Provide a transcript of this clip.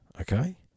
okay